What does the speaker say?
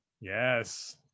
Yes